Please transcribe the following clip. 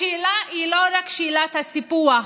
השאלה היא לא רק שאלת הסיפוח,